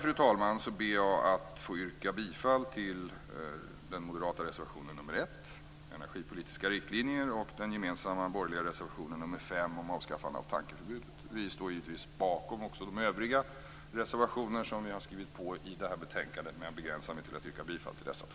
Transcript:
Med det anförda ber jag att få yrka bifall till den moderata reservationen 1 om energipolitiska riktlinjer och till den gemensamma borgerliga reservationen 5 om avskaffande av tankeförbudet. Vi står givetvis bakom även de övriga reservationerna som vi har fogat till betänkandet, men jag begränsar mig till att yrka bifall till dessa två.